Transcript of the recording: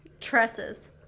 tresses